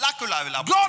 God